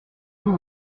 vous